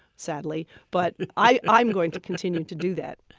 sadly, but i'm going to continue to do that